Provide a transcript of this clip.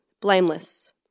blameless